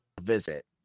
visit